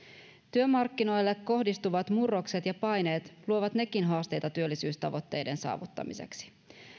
työmarkkinoille kohdistuvat murrokset ja paineet luovat nekin haasteita työllisyystavoitteiden saavuttamiseksi